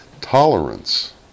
Tolerance